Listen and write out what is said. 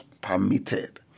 permitted